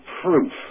proof